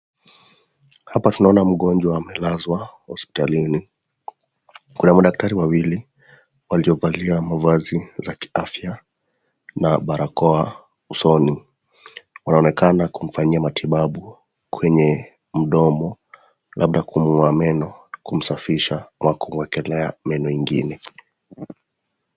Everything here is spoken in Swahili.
Hapa tunaona mgonjwa amelazwa hospitalini. Kuna madaktari wawili waliovalia mavazi za kiafya na barakoa usoni. Wanaonekana kumfanya matibabu kwenye mdomo, labda kumn'goa meno, kumsafisha ama kumwekelea meno ingine.